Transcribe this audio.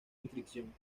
inscripción